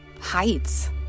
heights